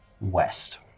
west